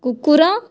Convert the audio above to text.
କୁକୁର